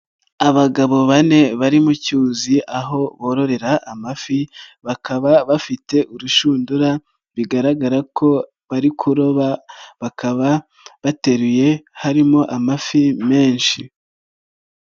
Abagabo bane bari mu cyuzi, aho bororera amafi, bakaba bafite urushundura, bigaragara ko bari kuroba, bakaba bateruye harimo amafi menshi.